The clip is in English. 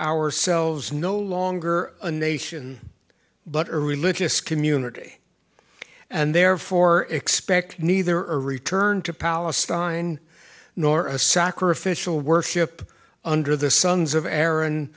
ourselves no longer a nation but a religious community and therefore expect neither a return to palestine nor a sacrificial worship under the sons of aaron